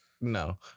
No